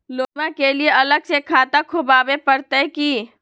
लोनमा के लिए अलग से खाता खुवाबे प्रतय की?